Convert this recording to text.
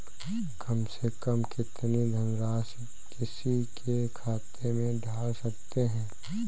कम से कम कितनी धनराशि किसी के खाते में डाल सकते हैं?